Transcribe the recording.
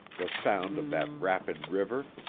the sound of that rapid river,